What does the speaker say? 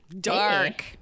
dark